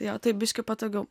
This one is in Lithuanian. jo tai biškį patogiau